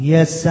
Yes